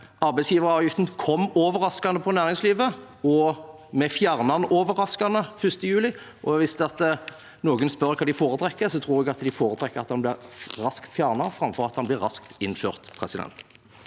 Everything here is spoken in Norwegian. arbeidsgiveravgiften kom overraskende på næringslivet, og vi fjerner den overraskende 1. juli. Hvis noen spør hva de foretrekker, tror jeg de foretrekker at den blir raskt fjernet, framfor at den blir raskt innført. Kari